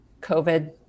COVID